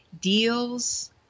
deals